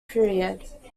period